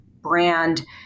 brand